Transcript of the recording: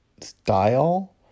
style